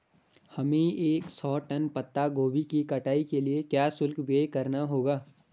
हमें एक सौ टन पत्ता गोभी की कटाई के लिए क्या शुल्क व्यय करना होगा?